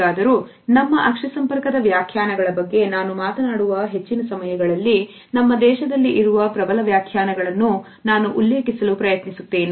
ಹೇಗಾದರೂ ನಮ್ಮ ಅಕ್ಷಿ ಸಂಪರ್ಕದ ವ್ಯಾಖ್ಯಾನಗಳ ಬಗ್ಗೆ ನಾನು ಮಾತನಾಡುವ ಹೆಚ್ಚಿನ ಸಮಯಗಳಲ್ಲಿ ನಮ್ಮ ದೇಶದಲ್ಲಿ ಇರುವ ಪ್ರಬಲ ವ್ಯಾಖ್ಯಾನಗಳನ್ನು ನಾನು ಉಲ್ಲೇಖಿಸಲು ಪ್ರಯತ್ನಿಸುತ್ತೇನೆ